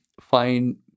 find